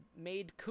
made